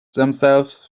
themselves